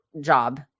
job